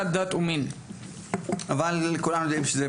אבל כולנו יודעים שבפועל זה יהיה --- אני לא יודע מה בפועל.